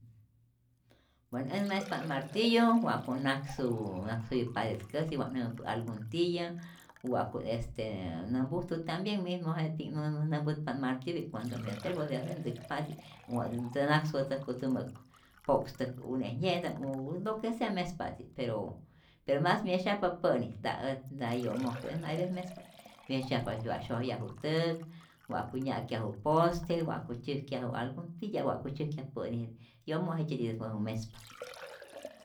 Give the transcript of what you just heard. Bueno ät mespa't martillo wa'ku't naksu naksäyu paret'käsi wa't jä'mpä algun tiyä o wa'ku't este nämpujtu tambien mismo jetji'k, nn- nämputpa't martillu y cuando me atrevo de hacer ntzäkpa'tzi', wa' ntä nakswätzäjku tumä'k po'kstäk une'nye'ta'p u lo que sea mespa'tzi, pero mas myesyajpa pä'ni nta ät nta yomosye, ät hay vece mespa't, myesyajpa wa syojyaju täk, wa'ku nya'kyaju poste, wa'ku tzyäjkyaju algun titya'p wa'ku tzyäjkyaju pä'ni, yomo' jejtzyetitä mau mespa